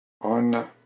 on